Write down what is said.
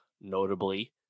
notably